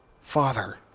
father